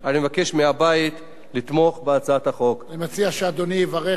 אני מציע שאדוני יברך את אנשי הוועדה הנחמדים,